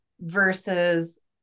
versus